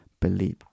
believe